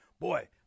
Boy